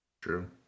True